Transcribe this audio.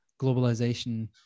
globalization